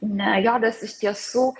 ne jodas iš tiesų